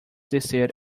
descer